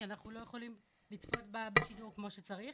כי אנחנו לא יכולים לצפות בשידור כמו שצריך,